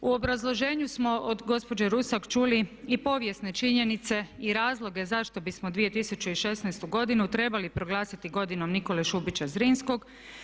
U obrazloženju smo od gospođe Rusak čuli i povijesne činjenice i razloge zašto bismo 2016. godinu trebali proglasiti godinom Nikole Šubića Zrinskog.